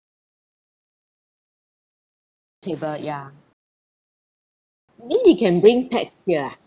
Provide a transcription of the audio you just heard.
table ya you mean we can bring pets here ah